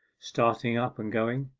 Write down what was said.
starting up and going.